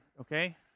okay